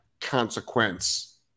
consequence